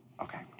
Okay